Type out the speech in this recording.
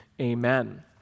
Amen